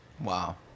wow